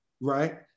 right